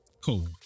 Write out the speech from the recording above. Cool